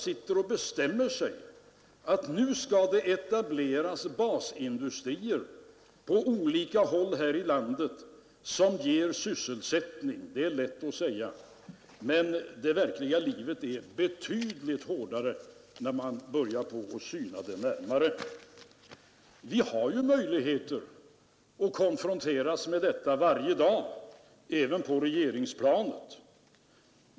Man regeringsplanet bestämma att nu skall det på olika håll här i landet etableras basindustrier som ger sysselsättning. Ja, det är lätt att säga. Men verkligheten är betydligt hårdare när man synar den närmare. Vi konfronteras ju med dessa frågor varje dag även på regeringsplanet.